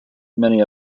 many